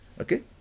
Okay